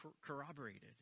corroborated